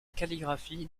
calligraphie